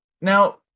Now